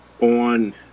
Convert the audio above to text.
On